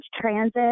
transit